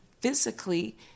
physically